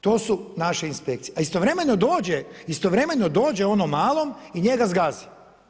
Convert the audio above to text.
To su naše inspekcije, a istovremeno dođe onom malom i njega zgazi.